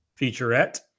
featurette